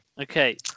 Okay